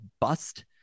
bust